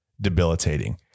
debilitating